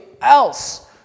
else